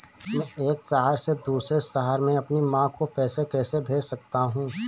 मैं एक शहर से दूसरे शहर में अपनी माँ को पैसे कैसे भेज सकता हूँ?